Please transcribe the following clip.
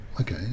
okay